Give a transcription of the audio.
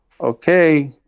okay